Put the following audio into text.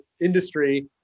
industry